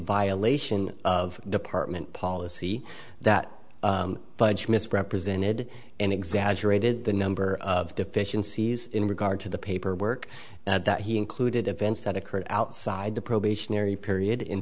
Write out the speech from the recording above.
violation of department policy that misrepresented and exaggerated the number of deficiencies in regard to the paper work that he included events that occurred outside the probationary period in